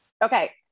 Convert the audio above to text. Okay